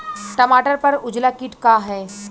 टमाटर पर उजला किट का है?